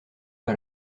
pas